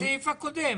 זה הסעיף הקודם.